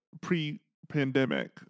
Pre-pandemic